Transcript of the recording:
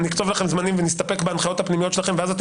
נקצוב לכם זמנים ונסתפק בהנחיות הפנימיות שלכם ואז אתם